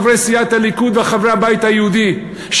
חברי סיעת הליכוד וחברי הבית היהודי,